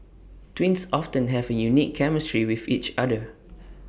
twins often have A unique chemistry with each other